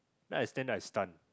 then I stand there I stun